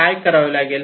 काय करावे लागेल